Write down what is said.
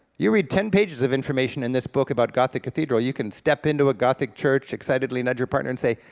you read ten pages of information in this book about gothic cathedral, you can step into a gothic church, excitedly nudge your partner and say,